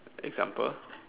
example